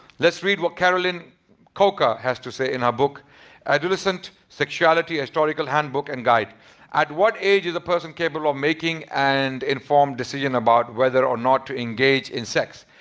let's read what carolyn cocca has to say in her book adolescent sexuality a historical handbook and guide' at what age is a person capable of making and informed decision about whether or not to engage in sex?